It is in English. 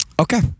Okay